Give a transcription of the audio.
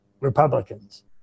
republicans